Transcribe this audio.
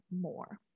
more